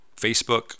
Facebook